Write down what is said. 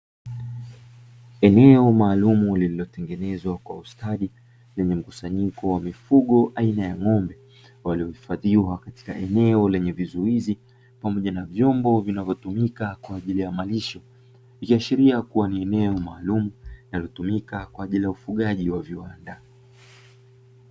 Eneo maalumu lililotengenezwa kwa ustadi, lenye mkusanyiko wa mifugo aina ng'ombe, waliohifadhiwa katika eneo lenye vizuizi pamoja na vyombo vinavyotumika kwa ajili ya malisho. Likiashiria kuwa ni eneo maalumu linalotumika kwa ajili ya ufugaji wa viwanda.